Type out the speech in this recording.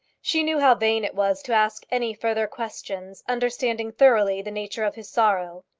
she knew how vain it was to ask any further questions, understanding thoroughly the nature of his sorrow.